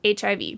HIV